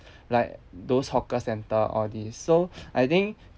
like those hawker centre all these so I think